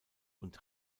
und